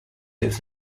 lives